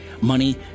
money